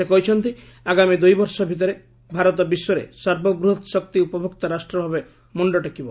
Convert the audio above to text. ସେ କହିଛନ୍ତି ଆଗାମୀ ଦୁଇବର୍ଷ ଭିତରେ ଭାରତ ବିଶ୍ୱରେ ସର୍ବବୃହତ୍ ଶକ୍ତି ଉପଭୋକ୍ତା ରାଷ୍ଟ୍ରଭାବେ ମୁଣ୍ଡ ଟେକିବ